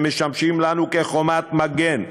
שמשמשים לנו חומת מגן,